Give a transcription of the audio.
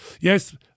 Yes